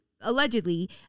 allegedly